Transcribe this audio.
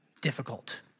difficult